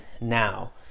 now